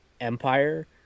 Empire